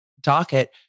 docket